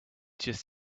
just